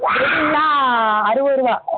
திரெடிங்கெலாம் அறுபது ரூபா